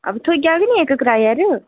अबो थ्होई जाह्ग नी इक किराए प र